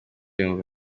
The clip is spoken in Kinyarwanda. yumva